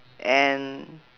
and